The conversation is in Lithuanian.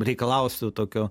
reikalausiu tokio